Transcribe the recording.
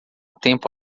tempo